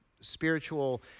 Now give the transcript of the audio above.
spiritual